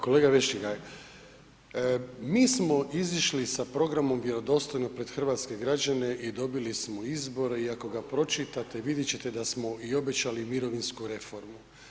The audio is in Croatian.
Kolega Vešligaj, mi smo izišli sa programom „Vjerodostojno“ pred hrvatske građane i dobili smo izbore i ako ga pročitate, vidjet ćete da smo i obećali mirovinsku reformu.